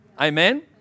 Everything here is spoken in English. Amen